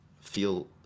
feel